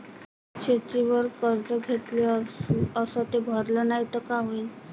शेतीवर कर्ज घेतले अस ते भरले नाही तर काय होईन?